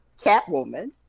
Catwoman